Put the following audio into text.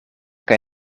kaj